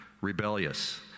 rebellious